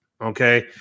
Okay